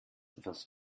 was